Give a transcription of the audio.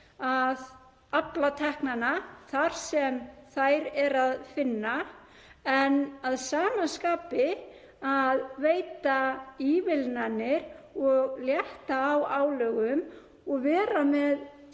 að afla teknanna þar sem þær er að finna en að sama skapi veita ívilnanir, létta á álögum og vera með